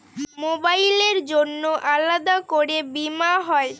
মোবাইলের জন্য আলাদা করে বীমা হয়?